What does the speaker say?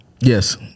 Yes